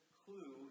clue